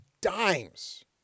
dimes